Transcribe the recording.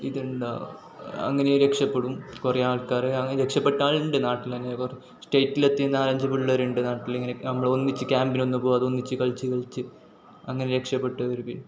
ഇതുണ്ടാകും അങ്ങനെ രക്ഷപ്പെടും കുറേ ആൾക്കാർ അങ്ങനെ രക്ഷപ്പെട്ടാളുണ്ട് നാട്ടിൽ തന്നെ സ്റ്റേറ്റിലെത്തിയ നാലഞ്ച് പിള്ളേരുണ്ട് നാട്ടിലിങ്ങനെ നമ്മളൊന്നിച്ച് ക്യാമ്പിനൊന്നും പോവാതെ ഒന്നിച്ച് കളിച്ച് കളിച്ച് അങ്ങനെ രക്ഷപ്പെട്ടവർ